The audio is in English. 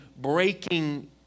breaking